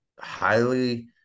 highly